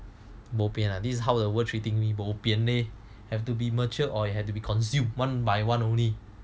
bo bian lah this is how the world treating me bo pian there have to be mature or had to be consumed one by one only